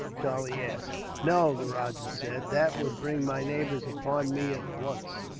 charlie asked. no, the rajah said that would bring my neighbours upon me, at once.